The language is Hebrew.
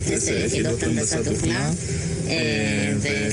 דווקא בעת הזאת,